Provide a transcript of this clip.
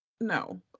No